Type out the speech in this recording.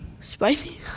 Spicy